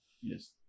Yes